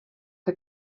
que